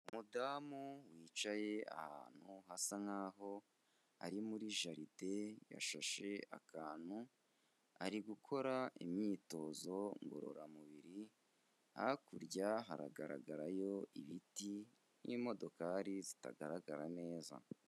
Umudamu wicaye ahantu hasa nkaho ari muri jaride, yashashe akantu ari gukora imyitozo ngororamubiri, hakurya haragaragarayo ibiti n'imodokari zitagaragara neza.